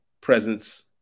presence